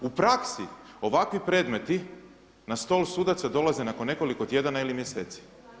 U praksi ovakvi predmeti na stol sudaca dolaze nakon nekoliko tjedana ili mjeseci.